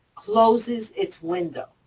closes its window.